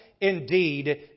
indeed